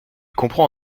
comprend